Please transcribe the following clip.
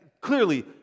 clearly